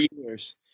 years